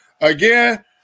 Again